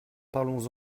parlons